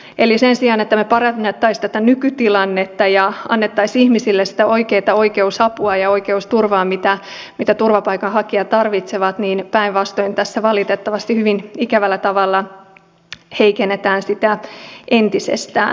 eli sen sijaan että me parantaisimme tätä nykytilannetta ja antaisimme ihmisille sitä oikeata oikeusapua ja oikeusturvaa mitä turvapaikanhakijat tarvitsevat niin päinvastoin tässä valitettavasti hyvin ikävällä tavalla heikennetään sitä entisestään